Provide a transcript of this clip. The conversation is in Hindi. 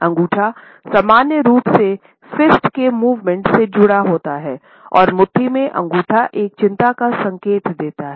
अंगूठा सामान्य रूप से फिस्ट के मूवमेंट से जुड़े होते हैं और मुट्ठी में अंगूठा एक चिंता का संकेत देता हैं